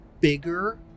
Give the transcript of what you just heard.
bigger